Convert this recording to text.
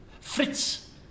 Fritz